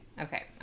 Okay